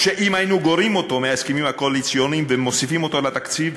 שאם היינו גורעים אותו מההסכמים הקואליציוניים ומוסיפים אותו לתקציב,